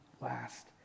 last